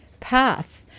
path